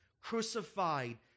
crucified